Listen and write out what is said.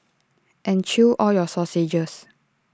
and chew all your sausages